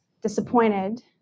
disappointed